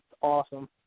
awesome